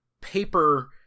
paper